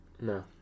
No